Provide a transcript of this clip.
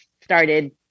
started